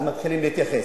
אז מתחילים להתייחס.